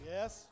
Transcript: Yes